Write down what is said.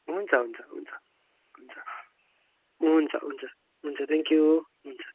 हुन्छ हुन्छ हुन्छ हुन्छ हुन्छ हुन्छ हुन्छ थ्याङ्क्यु हुन्छ